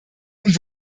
und